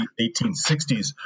1860s